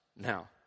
Now